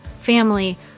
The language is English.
family